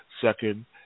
second